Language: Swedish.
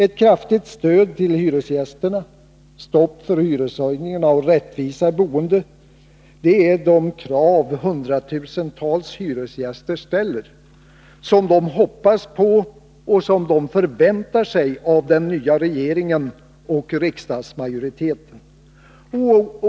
Ett kraftigt stöd till hyresgästerna, stopp för hyreshöjningar, rättvisa i boendet är de krav som hundratusentals hyresgäster ställer, och som de hoppas och förväntar sig att den nya regeringen och riksdagsmajoriten skall tillmötesgå.